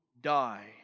die